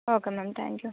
okay ma'am thank you